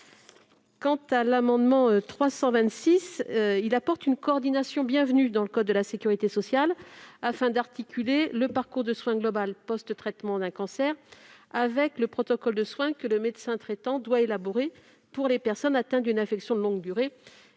L'amendement n° 326 rectifié apporte une coordination bienvenue dans le code de la sécurité sociale. Il vise à articuler le parcours de soins global post-traitement d'un cancer avec le protocole de soins que le médecin traitant doit élaborer pour les personnes atteintes d'une affection de longue durée